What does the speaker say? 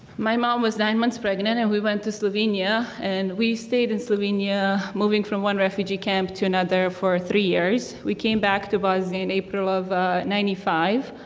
my mom was nine months pregnant and we went to slovenia. and we stayed in slovenia moving from one refugee camp to another for three years. we came back to bosnia in april of ninety five,